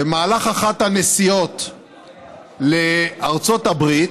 במהלך אחת הנסיעות לארצות הברית,